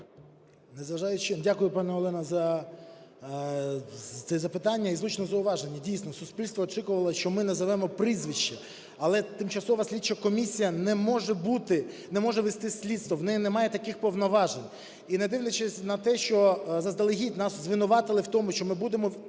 Дякую, пані Олена, за це запитання і влучне зауваження. Дійсно, суспільство очікувало, що ми назвемо прізвища. Але Тимчасова слідча комісія не може бути, не може вести слідство, в неї немає таких повноважень. І не дивлячись на те, що заздалегідь нас звинуватили в тому, що ми